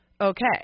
okay